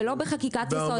ולא בחקיקת יסוד.